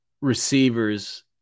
receivers